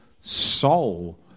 soul